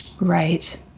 Right